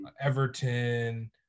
Everton